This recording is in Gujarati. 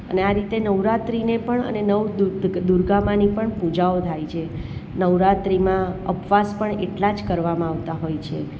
અને આ રીતે નવરાત્રિને પણ અને નવ દુર્ગા માની પણ પૂજાઓ થાય છે નવરાત્રિમાં ઉપવાસ પણ એટલા જ કરવામાં આવતા હોય છે